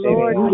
Lord